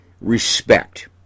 respect